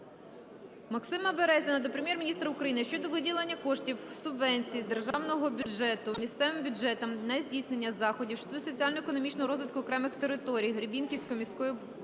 Максима Березіна до Прем'єр-міністра України щодо виділення коштів субвенції з державного бюджету місцевим бюджетам на здійснення заходів щодо соціально-економічного розвитку окремих територій (Гребінківської міської об'єднаної